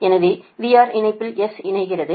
எனவே VR இணைப்பில் S இணைக்கிறது